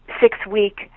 six-week